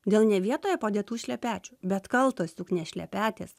dėl ne vietoje padėtų šlepečių bet kaltos juk ne šlepetės